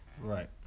Right